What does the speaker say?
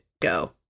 go